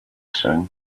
soon